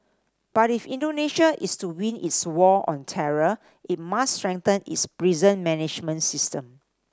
but if Indonesia is to win its war on terror it must strengthen its prison management system